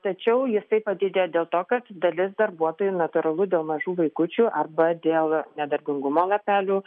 tačiau jisai padidėjo dėl to kad dalis darbuotojų natūralu dėl mažų vaikučių arba dėl nedarbingumo lapelių